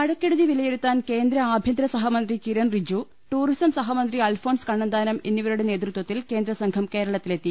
മഴക്കെടുതി വിലയിരുത്താൻ കേന്ദ്ര ആഭ്യന്തര സഹമന്ത്രി കിരൺ റിജ്ജു ടൂറിസം സഹമന്ത്രി അൽഫോൻസ് കണ്ണന്താനം എന്നിവരുടെ നേതൃത്വ ത്തിൽ കേന്ദ്രസംഘം കേരളത്തിലെത്തി